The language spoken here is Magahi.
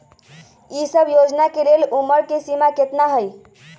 ई सब योजना के लेल उमर के सीमा केतना हई?